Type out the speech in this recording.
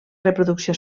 reproducció